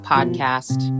Podcast